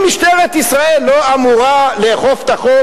האם משטרת ישראל לא אמורה לאכוף את החוק